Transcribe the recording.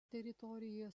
teritorijoje